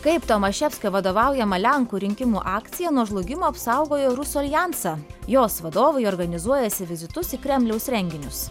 kaip tomaševskio vadovaujama lenkų rinkimų akcija nuo žlugimo apsaugojo rusų aljansą jos vadovai organizuojasi vizitus į kremliaus renginius